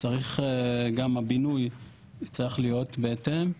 גם הבינוי צריך להיות בהתאם.